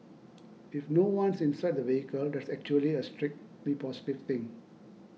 if no one's inside the vehicle that's actually a strictly positive thing